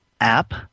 app